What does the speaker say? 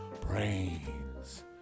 Brains